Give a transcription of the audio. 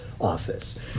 office